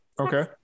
Okay